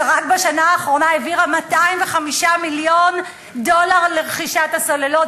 שרק בשנה האחרונה העבירה 205 מיליון דולר לרכישת הסוללות,